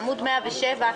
עמוד 107,